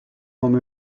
comme